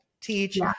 teach